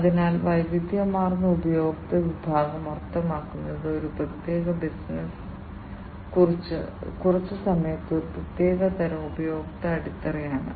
അതിനാൽ വൈവിദ്ധ്യമാർന്ന ഉപഭോക്തൃ വിഭാഗം അർത്ഥമാക്കുന്നത് ഒരു പ്രത്യേക ബിസിനസ്സ് കുറച്ച് സമയത്തേക്ക് ഒരു പ്രത്യേക തരം ഉപഭോക്തൃ അടിത്തറയാണ്